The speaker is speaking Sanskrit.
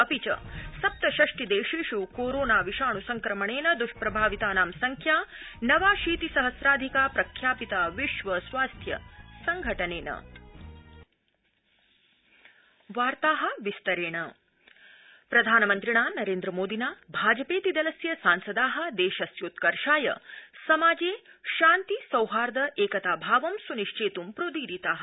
अपि च सप्तषष्टि देशेषु कोरोना विषाणु संक्रमणेन दुष्प्रभावितानां संख्या नवाशीति सहम्राधिका प्रख्यापिता विश्व स्वास्थ्य संघनेना प्रधानमन्त्री प्रधानमन्त्रिणा नरेन्द्रमोदिना भाजपेतिदलस्य सांसदा देशस्योत्कर्षाय समाजे शान्ति सौहार्द एकता भावं सुनिश्चेत् प्रोदीरिता